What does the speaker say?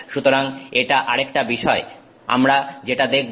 সুতরাং এটা আরেকটা বিষয় আমরা যেটা দেখব